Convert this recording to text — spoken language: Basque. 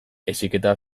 heziketa